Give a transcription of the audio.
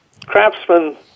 craftsman